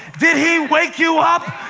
did he wake you up?